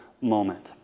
moment